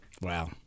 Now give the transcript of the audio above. Wow